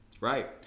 Right